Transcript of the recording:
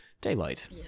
daylight